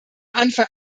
anfang